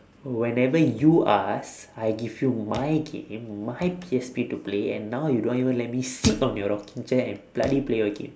whenever you ask I give you my game my P_S_P to play and now you don't even let me sit on your rocking chair and bloody play your game